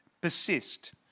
persist